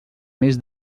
més